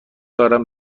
دارم